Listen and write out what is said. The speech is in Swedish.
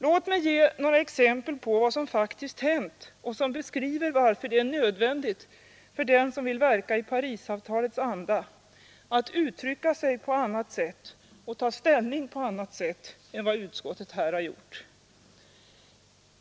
Låt mig ge några exempel på vad som faktiskt hänt och som beskriver varför det är nödvändigt för den som vill verka i Parisavtalets anda att uttrycka sig på annat sätt och ta ställning på annat sätt än vad utskottet här har gjort.